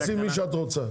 תתייעצי עם מי שאת רוצה.